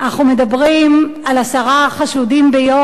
אנחנו מדברים על עשרה חשודים ביום,